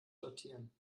sortieren